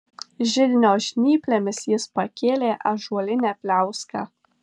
židinio žnyplėmis jis pakėlė ąžuolinę pliauską